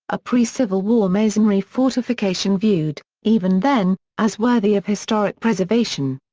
a pre-civil war masonry fortification viewed, even then, as worthy of historic preservation.